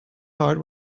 heart